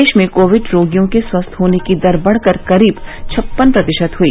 देश में कोविड रोगियों के स्वस्थ होने की दर बढकर करीब छप्पन प्रतिशत हुई